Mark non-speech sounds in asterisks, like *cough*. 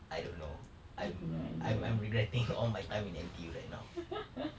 I don't know I'm I'm I'm regretting all my time in N_T_U right now *laughs*